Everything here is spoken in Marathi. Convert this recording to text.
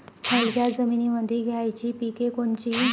हलक्या जमीनीमंदी घ्यायची पिके कोनची?